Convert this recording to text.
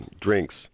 drinks